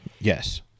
Yes